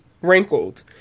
wrinkled